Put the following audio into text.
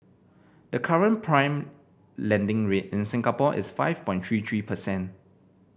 the current prime lending rate in Singapore is five point three three percent